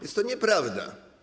Jest to nieprawda.